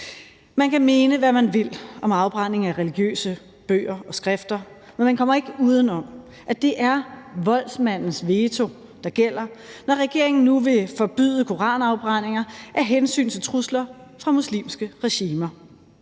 Man kan mene, hvad man vil, om afbrænding af religiøse bøger og skrifter, men man kommer ikke uden om, at det er voldsmandens veto, der gælder, når regeringen nu vil forbyde koranafbrændinger af hensyn til trusler fra muslimske regimer.